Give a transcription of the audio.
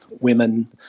women